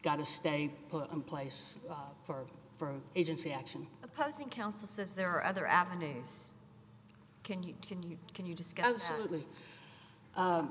got to stay put in place for agency action opposing counsel says there are other avenues can you can you can you discuss